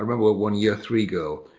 remember one year three girl,